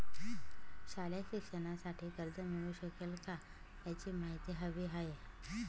शालेय शिक्षणासाठी कर्ज मिळू शकेल काय? याची माहिती हवी आहे